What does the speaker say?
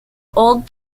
old